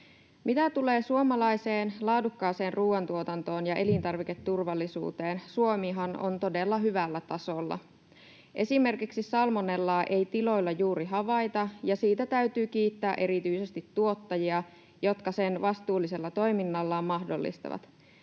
Mitä tulee suomalaiseen laadukkaaseen ruoantuotantoon ja elintarviketurvallisuuteen, Suomihan on todella hyvällä tasolla. Esimerkiksi salmonellaa ei tiloilla juuri havaita, ja siitä täytyy kiittää erityisesti tuottajia, jotka sen vastuullisella toiminnallaan mahdollistavat.